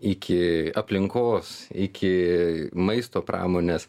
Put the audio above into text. iki aplinkos iki maisto pramonės